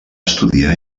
estudiar